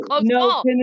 no